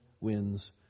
wins